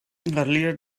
earlier